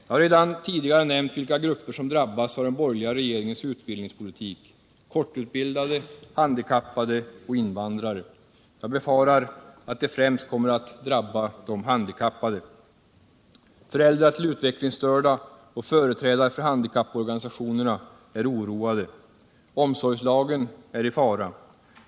Jag har redan tidigare nämnt vilka grupper som drabbas av den borgerliga regeringens utbildningspolitik: kortutbildade, handikappade och invandrare. Jag befarar att den främst kommer att drabba de handikappade. Föräldrar till utvecklingsstörda och företrädare för handikapporganisationerna är oroade. Omsorgslagen är i fara.